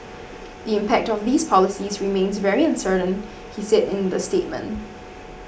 the impact of these policies remains very uncertain he said in the statement